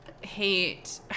hate